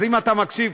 אז אם אתה מקשיב,